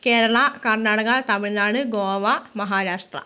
Keralam Karnataka Tamil Nadu Goa Maharashtra